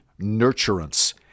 nurturance